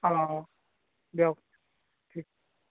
অঁ দিয়ক ঠিক